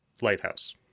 lighthouse